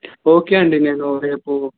okay అండి నేను రేపు